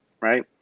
right